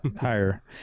higher